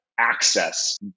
access